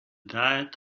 diet